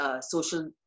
social